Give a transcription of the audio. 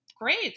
great